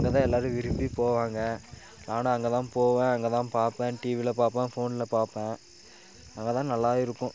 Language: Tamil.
அங்கேதான் எல்லாரும் விரும்பி போவாங்க நானும் அங்கே தான் போவேன் அங்கே தான் பார்ப்பேன் டிவியில பார்ப்பன் ஃபோனில் பார்ப்பன் அங்கேதான் நல்லா இருக்கும்